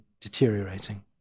deteriorating